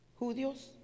Judios